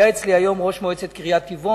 שהיה אצלי היום ראש מועצת קריית-טבעון,